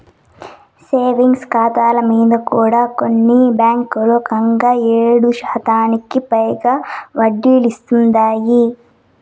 savings కాతాల మింద కూడా కొన్ని బాంకీలు కంగా ఏడుశాతానికి పైగా ఒడ్డనిస్తాందాయి